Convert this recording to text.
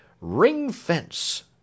ring-fence